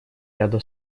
ряда